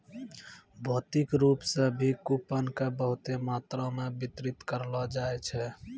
भौतिक रूप से भी कूपन के बहुते मात्रा मे वितरित करलो जाय छै